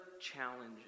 challenges